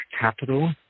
capital